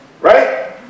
Right